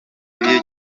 gikwiye